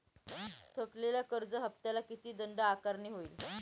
थकलेल्या कर्ज हफ्त्याला किती दंड आकारणी होईल?